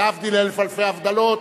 להבדיל אלף אלפי הבדלות,